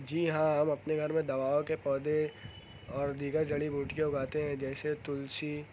جی ہاں ہم اپنے گھر میں دواؤں کے پودے اور دیگر جڑی بوٹیاں اگاتے ہیں جیسے تلسی